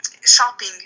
shopping